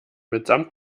mitsamt